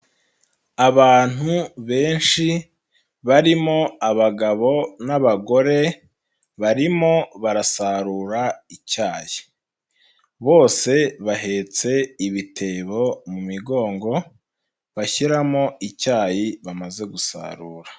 Abantu benshi barimo abagabo n'abagore, barimo barasarura icyayi. Bose bahetse ibitebo mu migongo, bashyiramo icyayi bamaze gusarura.